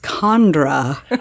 Chandra